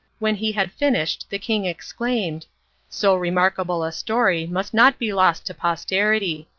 when he had finished the king exclaimed so remarkable a story must not be lost to posterity.